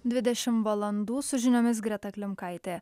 dvidešim valandų su žiniomis greta klimkaitė